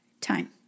time